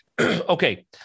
Okay